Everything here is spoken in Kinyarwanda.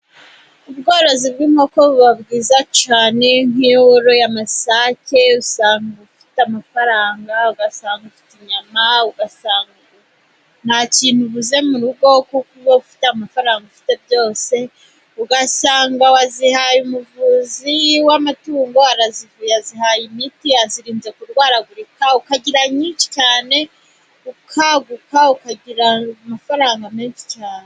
Ubworozi bw'inkoko buba bwiza cyane, nk'iyo woroye amasake usanga ufite amafaranga, ugasanga ufite inyama, ugasanga nta kintu ubuze mu rugo. Kuko iyo uba ufite amafaranga uba ufite byose, ugasanga wazihaye umuvuzi w'amatungo arazivuye, azihaye imiti, azirinze kurwaragurika. Ukagira nyinshi cyane, ukaguka ukagira amafaranga menshi cyane.